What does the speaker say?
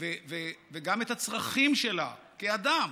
וגם את הצרכים שלה, כאדם.